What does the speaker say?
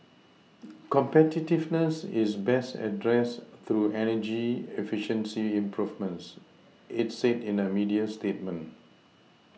competitiveness is best addressed through energy efficiency improvements it said in a media statement